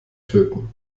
töten